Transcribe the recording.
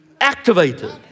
activated